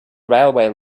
railway